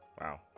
wow